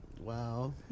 Wow